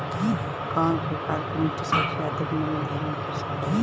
कौन प्रकार की मिट्टी सबसे अधिक नमी धारण कर सकेला?